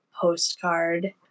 postcard